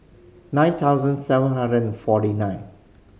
nine thousand seven hundred and forty nine